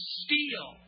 steal